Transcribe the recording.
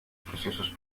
procesos